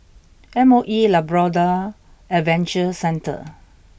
M O E Labrador Adventure Centre